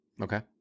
Okay